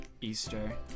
Easter